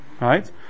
Right